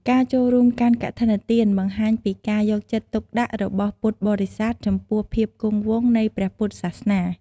ការចូលរួមកាន់កឋិនទានបង្ហាញពីការយកចិត្តទុកដាក់របស់ពុទ្ធបរិស័ទចំពោះភាពគង់វង្សនៃព្រះពុទ្ធសាសនា។